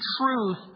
truth